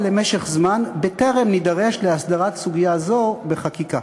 למשך זמן בטרם נידרש להסדרת סוגיה זו בחקיקה.